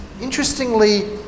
interestingly